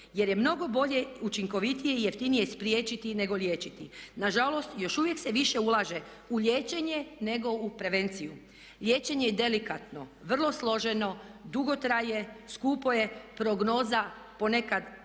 jer je mnogo bolje, učinkovitije i jeftinije spriječiti nego liječiti. Na žalost, još uvijek se više ulaže u liječenje, nego u prevenciju. Liječenje je delikatno, vrlo složeno, dugo traje, skupo je, prognoza ponekad